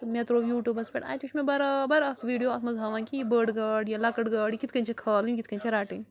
تہٕ مے ترٛوو یوٗ ٹیٛوٗبس پٮ۪ٹھ اَتہِ وُچھ مےٚ بَرابر اکھ ویٖڈیو اَتھ منٛز ہاوان کہِ یہِ بٔڈۍ گاڈ یہِ لۅکٕٹۍ گاڈ کِتھٕ کٔنۍ چھِ کھالٕنۍ یہِ کِتھٕ کٔنۍ چھِ رٹٕنۍ